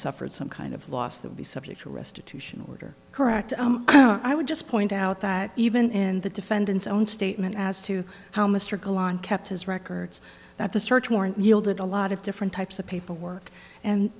suffered some kind of loss that be subject to restitution order correct i would just point out that even the defendant's own statement as to how mr golan kept his records that the search warrant yielded a lot of different types of paperwork and